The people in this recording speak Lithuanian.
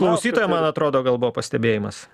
klausytojo man atrodo gal buvo pastebėjimas